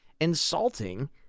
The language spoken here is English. insulting